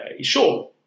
Sure